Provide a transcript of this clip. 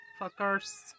Fuckers